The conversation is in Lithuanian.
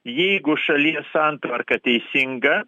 jeigu šalies santvarka teisinga